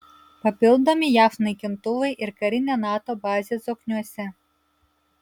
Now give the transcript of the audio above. papildomi jav naikintuvai ir karinė nato bazė zokniuose